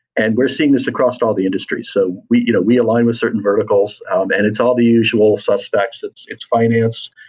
and we're seeing this across all the industries so we you know we align with certain verticals and it's all the usual suspects. it's it's finance,